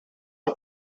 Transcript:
are